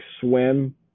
swim